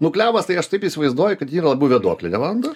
nu klevas tai aš taip įsivaizduoji kad ji labiau vėduoklė levandų